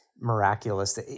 miraculous